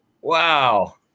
Wow